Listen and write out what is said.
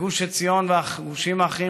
גוש עציון והגושים האחרים,